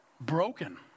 broken